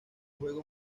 juego